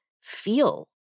feel